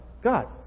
God